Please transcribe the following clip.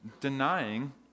denying